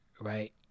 right